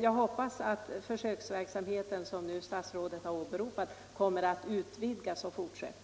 Jag hoppas att den försöksverksamhet som statsrådet nu har åberopat kommer att utvidgas och fortsätta.